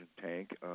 tank